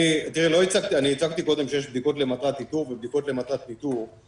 אני הצגתי קודם שיש בדיקות למטרת איתור ויש בדיקות למטרת טיפול,